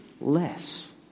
less